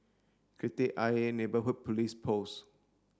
Kreta Ayer Neighbourhood Police Post